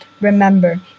remember